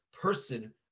person